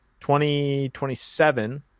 2027